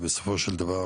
ובסופו של דבר